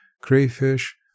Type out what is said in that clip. crayfish